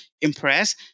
impress